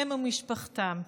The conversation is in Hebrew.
הם ומשפחתם.